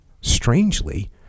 strangely